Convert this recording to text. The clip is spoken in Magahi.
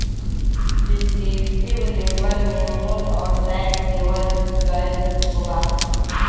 डिस्क्रिप्टिव लेबल में मूल्य और टैक्स देवल गयल होबा हई